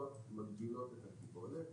הבדיקות מגדילות את הקיבולת.